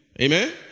Amen